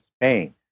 Spain